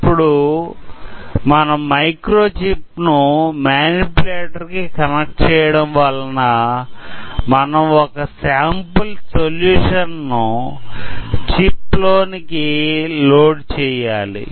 ఇప్పుడు మనం మైక్రోచిప్ ను మానిప్యులేటర్ కి కనెక్ట్ చేయడం వలన మనం ఒక శాంపిల్ సొల్యూషన్ ను చిప్ లోనికి లోడ్ చెయ్యాలి